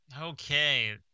okay